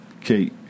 Okay